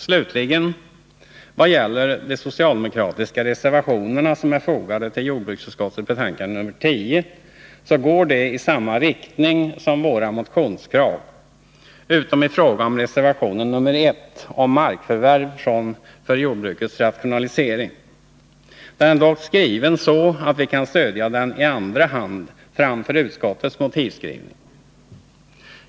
Slutligen vill jag säga att de socialdemokratiska reservationer som är fogade till jordbruksutskottets betänkande nr 10 går i samma riktning Besparingar i statsverksamheten, jordbrukets rationalisering. Den är dock skriven så att vi kan stödja den i mm m. andra hand framför utskottets motivskrivning.